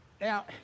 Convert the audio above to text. now